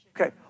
Okay